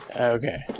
okay